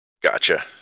gotcha